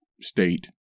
state